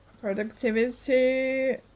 productivity